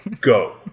go